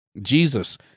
Jesus